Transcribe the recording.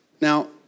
Now